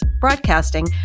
broadcasting